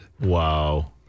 Wow